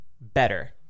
Better